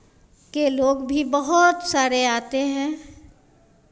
के लोग भी बहुत सारे आते हैं